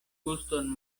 guston